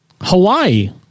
Hawaii